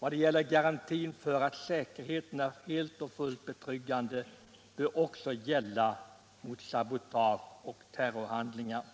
49 garantin för att säkerheten är helt och fullt betryggande bör också gälla Fredagen den sabotage och terrorhandlingar.